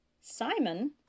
Simon